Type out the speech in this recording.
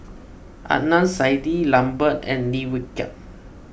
Adnan Saidi Lambert and Lim Wee Kiak